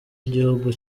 igihugu